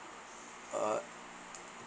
uh